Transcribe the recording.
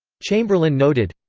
chamberlain noted,